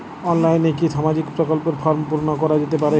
অনলাইনে কি সামাজিক প্রকল্পর ফর্ম পূর্ন করা যেতে পারে?